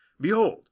Behold